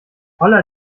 holla